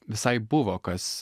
visai buvo kas